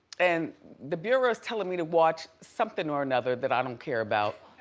and the bureau is telling me to watch something or another that i don't care about.